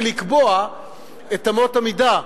ולקבוע את אמות המידה,